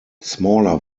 smaller